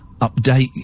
update